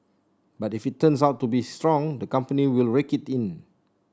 but if it turns out to be strong the company will rake it in